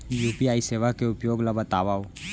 UPI सेवा के उपयोग ल बतावव?